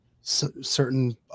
certain